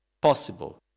possible